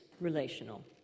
relational